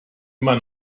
immer